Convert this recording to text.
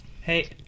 Hey